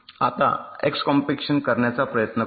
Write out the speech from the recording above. आता x compaction करण्याचा प्रयत्न करू